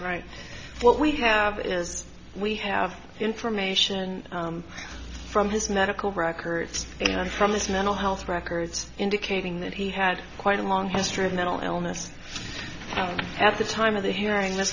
right what we have is we have information from his medical records from his mental health records indicating that he had quite a long history of mental illness and at the time of the hearing th